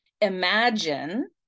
imagine